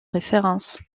référence